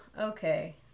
okay